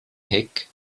heck